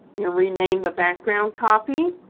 you rename the background copy